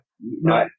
No